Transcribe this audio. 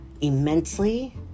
immensely